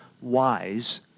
wise